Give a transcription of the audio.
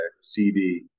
CD